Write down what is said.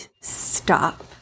stop